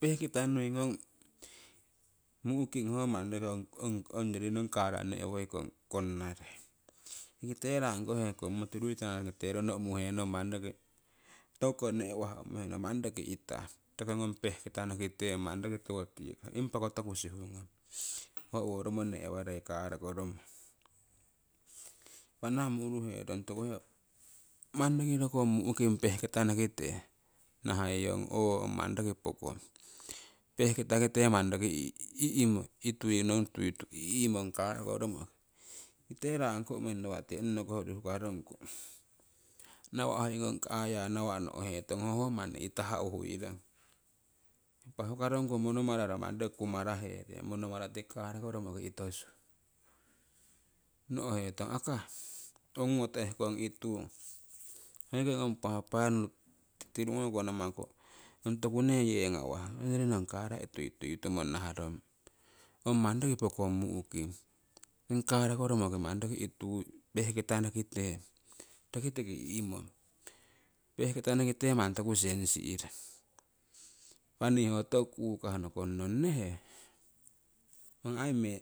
Pehkita nui ngong mu'king ho manni ongyori nong kara nehmoi konnarie tikite rangkoh heko motiruui tangakonokite rono uumuhenong manni roki tokuko nehwah umuhenong manni rokii iitahh. Tikongong pehkitanokite manni roki tiwo tikah imapako toku sihu ngong ho owo romo ne'war karako romo impa nahamo uuruhenong toku ha manni roki rokong muuhking pehkita nokite naahaiyong ooh manni roki pookong peh'kita nokite iitui nong tuii ihhmong karako romoki tikite raang koh uumuhenong nawa' tii owo ononokoh urii hukarongku nawa' hoi ngong aya no'hetong ho manni itahh uhuirong. Impah huukarongku monomaro manni roki kumaraherong monomararo tikii karako romoki itosu no'hetong akai ongoto ehkono iitung hoi ki ngong paapanu tirungoko namaku onne yewo ngawah ongyori nong kara iitui tuitumong naharong ong manni rokii pookong mu'king ong karako rommoki manni roki iitui pehkita nokiteng roki tiki i'mong pehkitanokite manni toku sengsihrong impah nii ho toku kukah nokongnong nehe ong aii me